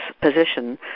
position